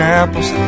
apples